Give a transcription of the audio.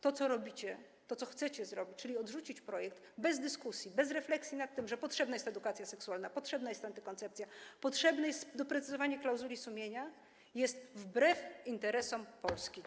To, co robicie, co chcecie zrobić, czyli odrzucić projekt bez dyskusji, bez refleksji nad tym, że potrzebna jest edukacja seksualna, potrzebna jest antykoncepcja, potrzebne jest doprecyzowanie klauzuli sumienia, jest wbrew interesom Polski.